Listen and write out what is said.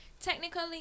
technically